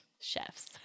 chefs